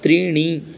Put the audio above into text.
त्रीणि